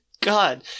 God